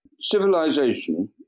civilization